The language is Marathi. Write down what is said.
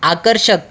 आकर्षक